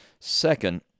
Second